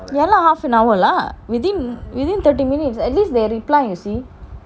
ya lah half an hour lah within within thirty minutes at least they reply you see